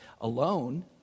alone